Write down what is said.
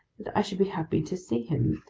that i should be happy to see him,